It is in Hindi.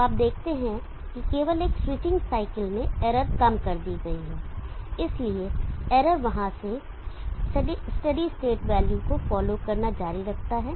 तो आप देखते हैं कि केवल एक स्विचिंग साइकिल में इरर कम कर दी गई है इसलिए इरर वहाँ से स्टेडी स्टेट वैल्यू को फॉलो करना जारी रखता है